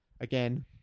again